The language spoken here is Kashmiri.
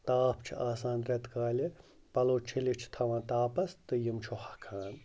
تاپھ چھِ آسان رٮ۪تہٕ کالہِ پَلو چھٔلِتھ چھِ تھاوان تاپَس تہٕ یِم چھِ ہۄکھان